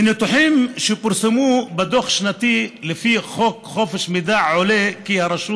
מנתונים שפורסמו בדוח השנתי לפי חוק חופש המידע עולה כי הרשות